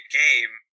game